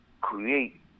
create